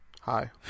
Hi